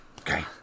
okay